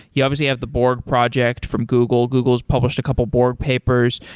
you obviously have the borg project from google. google has published a couple of borg papers.